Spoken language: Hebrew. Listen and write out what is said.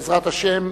בעזרת השם,